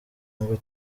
ngo